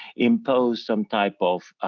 imposed some type of